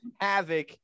Havoc